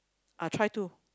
I try to